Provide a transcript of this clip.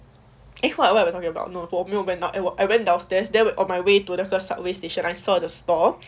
if what what we're talking about no 我没有 went down I went downstairs then on my way to the 那个 subway station I saw the store